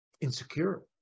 insecure